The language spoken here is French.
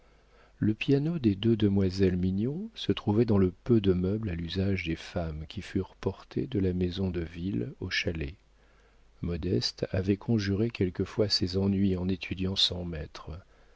le piano des deux demoiselles mignon se trouvait dans le peu de meubles à l'usage des femmes qui furent apportés de la maison de ville au chalet modeste avait conjuré quelquefois ses ennuis en étudiant sans maître